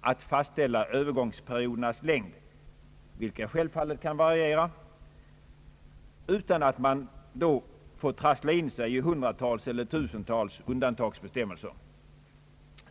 att fastställa övergångsperiodernas längd, vilka självfallet kan variera, utan att man då får trassla in sig i hundratals eller tusentals undantagsbestämmelser.